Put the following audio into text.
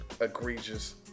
egregious